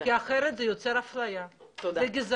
כי אחרת זה יוצר אפליה וגזענות,